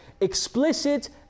explicit